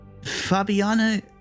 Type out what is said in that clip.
Fabiana